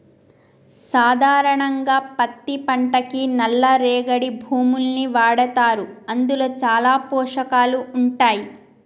సాధారణంగా పత్తి పంటకి నల్ల రేగడి భూముల్ని వాడతారు అందులో చాలా పోషకాలు ఉంటాయి